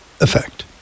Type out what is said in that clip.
effect